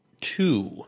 two